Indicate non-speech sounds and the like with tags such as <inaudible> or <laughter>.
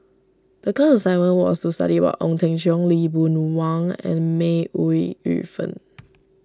the class assignment was to study about Ong Teng Cheong Lee Boon Wang and May Ooi Yu Fen <noise>